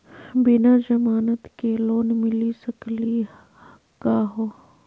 बिना जमानत के लोन मिली सकली का हो?